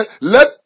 let